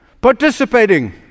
participating